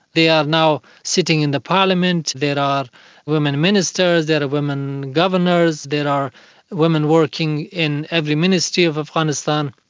they are now sitting in the parliament, there are women ministers, there are women governors, there are women working in every ministry of of afghanistan,